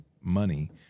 money